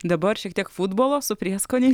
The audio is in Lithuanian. dabar šiek tiek futbolo su prieskoniais